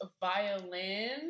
Violin